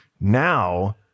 now